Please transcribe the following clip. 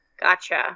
Gotcha